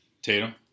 Tatum